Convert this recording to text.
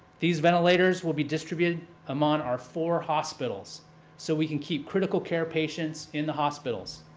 these ventilators will be distributed among our four hospitals so we can keep critical care patients in the hospitals.